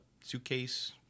suitcase